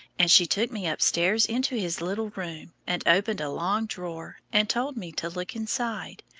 and she took me upstairs into his little room, and opened a long drawer and told me to look inside.